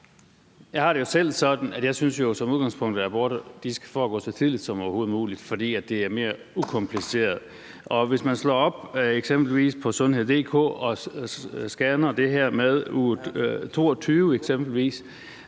Jeg har det selv sådan, at jeg som udgangspunkt synes, at aborter skal foregå så tidligt som overhovedet muligt, fordi det er mere ukompliceret. Hvis man slår op eksempelvis på sundhed.dk om scanninger og det her med uge 22,